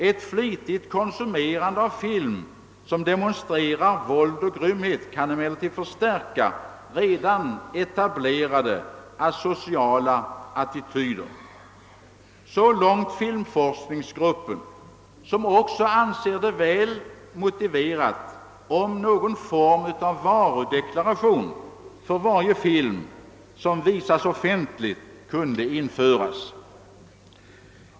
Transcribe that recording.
Ett flitigt konsumerande av film som demonstrerar våld och grymhet kan emellertid förstärka redan etablerade asociala attityder...» Så långt filmforskningsgruppen som också anser det välmotiverat, att någon form av varudeklaration införes för varje film som visas offentligt.